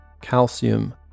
calcium